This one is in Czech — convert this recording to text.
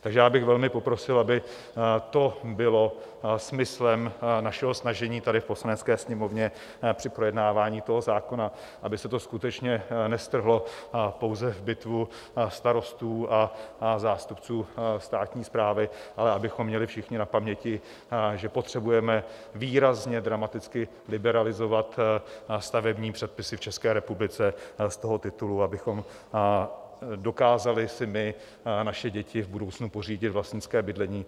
Takže já bych velmi poprosil, aby to bylo smyslem našeho snažení tady v Poslanecké sněmovně při projednávání toho zákona, aby se to skutečně nezvrhlo pouze v bitvu starostů a zástupců státní správy, ale abychom měli všichni na paměti, že potřebujeme výrazně dramaticky liberalizovat stavební předpisy v České republice z toho titulu, abychom si dokázali my, naše děti v budoucnu pořídit vlastnické bydlení.